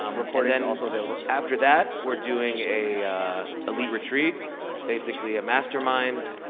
um recordings and also available. after that we're doing a elite retreat basically a mastermind,